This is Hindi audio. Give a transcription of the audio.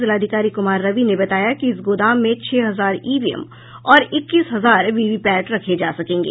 जिलाधिकारी कुमार रवि ने बताया कि इस गोदाम में छह हजार ईवीएम और इक्कीस हजार वीवीपैट रखे जा सकेंगे